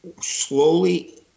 slowly